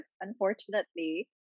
unfortunately